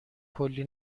کلی